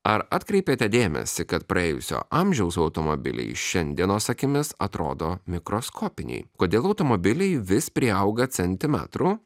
ar atkreipėte dėmesį kad praėjusio amžiaus automobiliai šiandienos akimis atrodo mikroskopiniai kodėl automobiliai vis priauga centimetrų